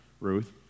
Ruth